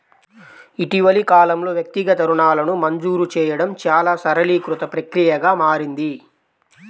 ఇటీవలి కాలంలో, వ్యక్తిగత రుణాలను మంజూరు చేయడం చాలా సరళీకృత ప్రక్రియగా మారింది